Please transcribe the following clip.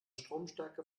stromstärke